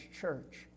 church